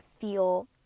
feel